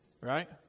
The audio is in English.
right